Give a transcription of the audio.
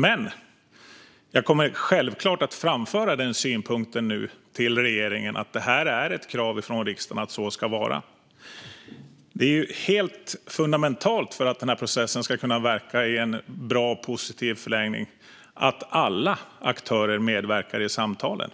Men jag kommer självfallet att framföra synpunkten till regeringen att det är ett krav från riksdagen att det så ska vara. Det är helt fundamentalt för att processen ska kunna verka i en bra och positiv förlängning att alla aktörer medverkar i samtalen.